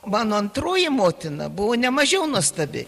mano antroji motina buvo nemažiau nuostabi